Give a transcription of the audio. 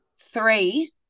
three